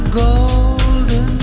golden